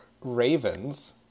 Ravens